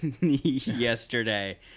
yesterday